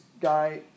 guy